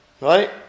Right